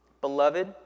Beloved